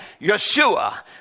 Yeshua